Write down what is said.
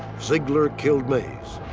zeigler killed mays.